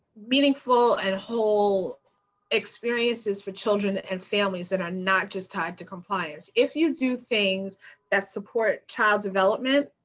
meaningful and whole experiences for children and families that are not just tied to compliance. if you do things that support child development,